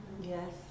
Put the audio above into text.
Yes